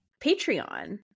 Patreon